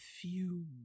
fumes